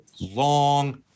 long